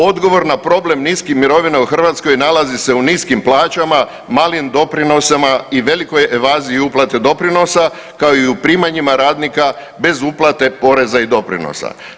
Odgovor na problem niskih mirovina u Hrvatskoj nalazi se u niskim plaćama, malim doprinosima i velikoj evaziji uplate doprinosa kao i u primanjima radnika bez uplate poreza i doprinosa.